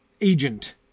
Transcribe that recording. agent